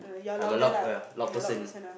I'm a loud ya loud person